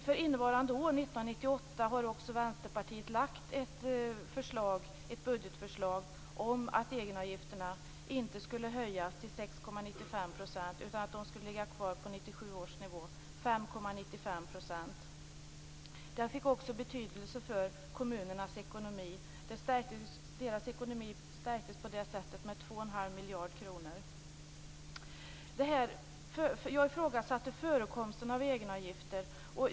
För innevarande år har Vänsterpartiet lagt fram ett budgetförslag om att egenavgifterna inte skall höjas till 6,95 % utan skall ligga kvar på 1997 års nivå, 5,95 %. Det fick betydelse för kommunernas ekonomi. Deras ekonomi stärktes på det sättet med 2 1⁄2 miljarder kronor. Jag ifrågasatte förekomsten av egenavgifter.